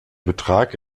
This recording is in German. betrag